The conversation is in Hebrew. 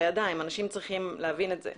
אבל אנשים צריכים להבין שאי-אפשר לקחת את החוק לידיים.